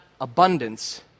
abundance